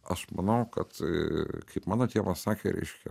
aš manau kad e kaip mano tėvas sakė reiškia